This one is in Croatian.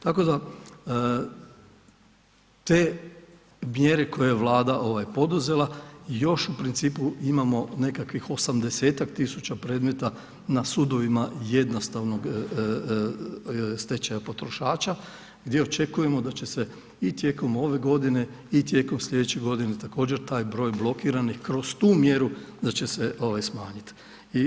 Tako da te mjere koje je Vlada poduzela još u principu imamo nekakvih 80-ak tisuća predmeta na sudovima jednostavnog stečaja potrošača gdje očekujemo da će se i tijekom ove godine i tijekom sljedeće godine također taj broj blokiranih kroz tu mjeru da će se smanjiti.